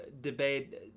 debate